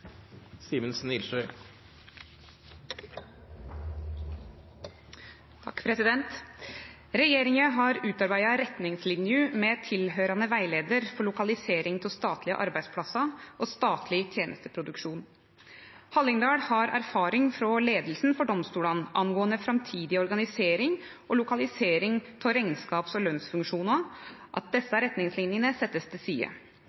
Ilsøy. «Regjeringen har utarbeidet retningslinjer med tilhørende veileder for lokalisering av statlige arbeidsplasser og statlig tjenesteproduksjon. Hallingdal har erfaring, fra ledelsen for domstolene angående fremtidig organisering og lokalisering av regnskaps- og lønnsfunksjoner, at disse retningslinjene settes til side.